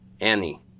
Annie